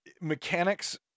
mechanics